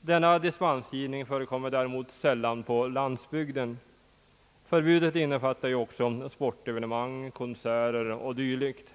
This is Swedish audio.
Denna dispensgivning förekommer däremot sällan på landsbygden. Förbudet innefattar också sportevenemang, konserter och dylikt.